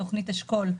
תוכנית אשכול,